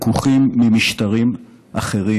לקוחים ממשטרים אחרים.